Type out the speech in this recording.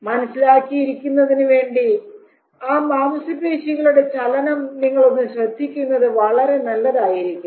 മനസ്സിലാക്കി ഇരിക്കുന്നതിന് വേണ്ടി ആ മാംസ പേശികളുടെ ചലനം നിങ്ങൾ ഒന്ന് ശ്രദ്ധിക്കുന്നത് വളരെ നല്ലതായിരിക്കും